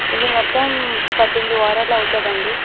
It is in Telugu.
ఇది మొత్తం పద్దెనిమిది వారాలు అవుతుందండి